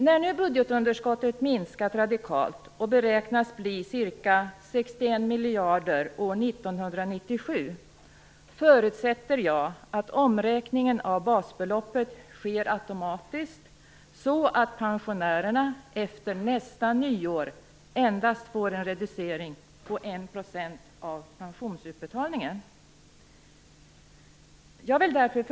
När nu budgetunderskottet minskat radikalt och beräknas bli ca 61 miljarder år 1997 förutsätter jag att omräkningen av basbeloppet sker automatiskt så att pensionärerna efter nästa nyår endast får en reducering på 1 % av pensionsutbetalningen.